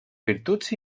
virtuts